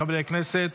חברי הכנסת,